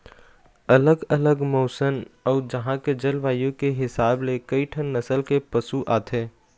अलग अलग मउसन अउ उहां के जलवायु के हिसाब ले कइठन नसल के पशु आथे